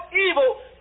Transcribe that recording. evil